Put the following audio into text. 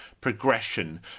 progression